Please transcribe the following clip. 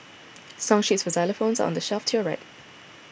song sheets for xylophones are on the shelf to your right